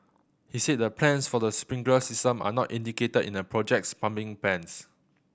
he said the plans for the sprinkler system are not indicated in the project's plumbing plans